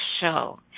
show